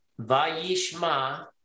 Va'yishma